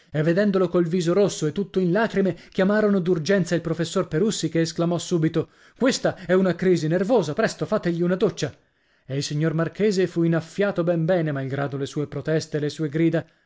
e vedendolo col viso rosso e tutto in lacrime chiamarono d'urgenza il professor perussi che esclamò subito questa è una crisi nervosa presto fategli una doccia e il signor marchese fu inaffiato ben bene malgrado le sue proteste e le sue grida